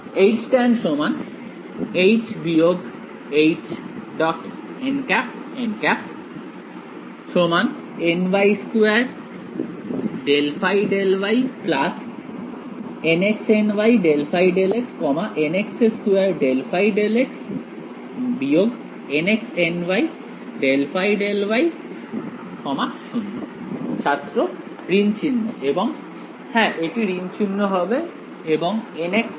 tan -· ny2∂ϕ∂y nxny∂ϕ∂x nx2∂ϕ∂x nxny∂ϕ∂y 0 ছাত্র ঋণচিহ্ন এবং হ্যাঁ এটি ঋণচিহ্ন হবে এবং nxny পদ কি হবে